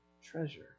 Treasure